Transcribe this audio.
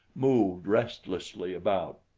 moved restlessly about,